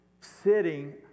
sitting